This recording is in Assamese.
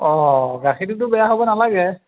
অঁ গাখীৰটোতো বেয়া হ'ব নালাগে